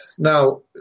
Now